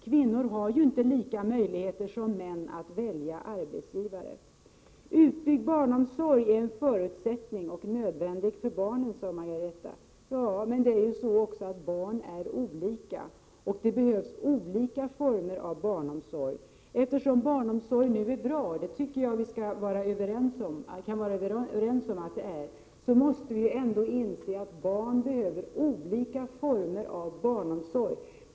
Kvinnor har ju inte samma möjligheter som män att välja arbetsgivare. En utbyggd barnomsorg är en nödvändighet för barnen, sade Margareta Winberg. Ja, men barn är olika. Därför behövs det olika former av barnomsorg. Barnomsorgen är bra — det kan vi vara överens om —, men ändå måste vi inse att barn behöver olika former av barnomsorg.